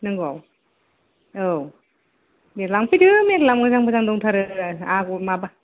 नोंगौ औ दे लाफैदो मेरला मोजां मोजां दंथारो आगर माबा